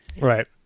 Right